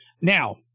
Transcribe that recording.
Now